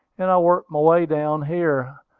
and i worked my way down here.